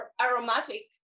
aromatic